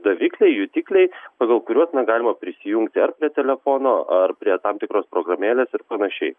davikliai jutikliai pagal kuriuos na galima prisijungti ar prie telefono ar prie tam tikros programėlės ir panašiai